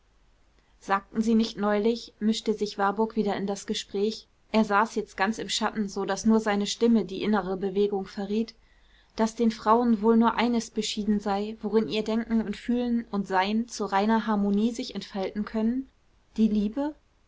sagten sie nicht neulich mischte sich warburg wieder in das gespräch er saß jetzt ganz im schatten so daß nur seine stimme die innere bewegung verriet daß den frauen wohl nur eines beschieden sei worin ihr denken und fühlen und sein zu reiner harmonie sich entfalten können die liebe